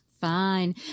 Fine